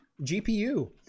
GPU